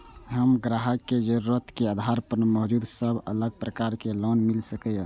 हम ग्राहक के जरुरत के आधार पर मौजूद सब अलग प्रकार के लोन मिल सकये?